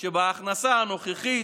שבהכנסה הנוכחית